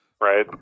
Right